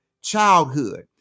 childhood